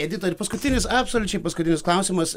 edita ir paskutinis absoliučiai paskutinis klausimas